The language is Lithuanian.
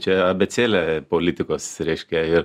čia abėcėlę politikos reiškia ir